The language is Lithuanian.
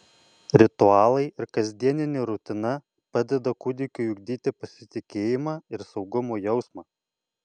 ritualai ir kasdienė rutina padeda kūdikiui ugdyti pasitikėjimą ir saugumo jausmą